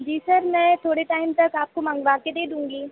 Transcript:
जी sir मैं थोड़े time तक आपको मँगवा कर दे दूँगी